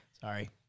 Sorry